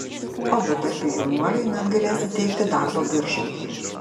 o bedarbiui jaunuoliui net galės įteikti darbo birža